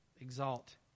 Exalt